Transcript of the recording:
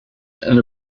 and